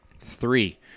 Three